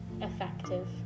effective